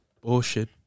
bullshit